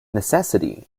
necessity